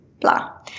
blah